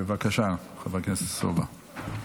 בבקשה, חבר הכנסת סובה.